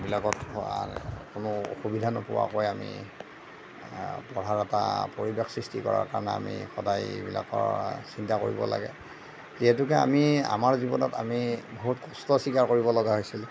বিলাকত কোনো অসুবিধা নোপোৱাকৈ আমি পঢ়াৰ এটা পৰিৱেশ সৃষ্টি কৰাৰ কাৰণে আমি সদায় এইবিলাকৰ চিন্তা কৰিব লাগে যিহেতুকে আমি আমাৰ জীৱনত আমি বহুত কষ্ট স্বীকাৰ কৰিব লগা হৈছিল